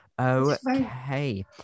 okay